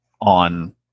on